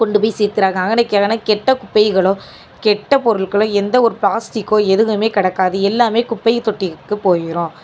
கொண்டு போய் சேர்த்துறாங்க அங்கனைக்கங்கேன கெட்ட குப்பைகளோ கெட்ட பொருட்களோ எந்த ஒரு பிளாஸ்ட்டிக்கோ எதுவுமே கிடக்காது எல்லாமே குப்பைத் தொட்டிக்கு போயிடும்